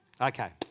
Okay